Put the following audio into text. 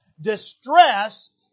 Distress